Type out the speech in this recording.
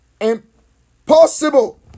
impossible